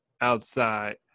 outside